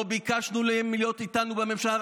לא ביקשנו מהם להיות איתנו בממשלה.